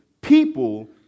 people